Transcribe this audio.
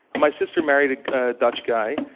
my sister married a dutch guy.